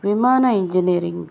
విమాన ఇంజనీరింగ్